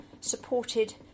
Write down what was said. supported